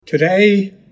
Today